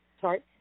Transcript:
Sorry